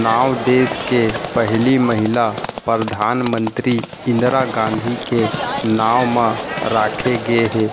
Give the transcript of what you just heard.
नांव देस के पहिली महिला परधानमंतरी इंदिरा गांधी के नांव म राखे गे हे